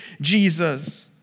Jesus